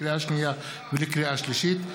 לקריאה שנייה ולקריאה שלישית,